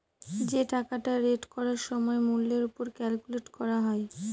যে টাকাটা রেট করার সময় মূল্যের ওপর ক্যালকুলেট করা হয়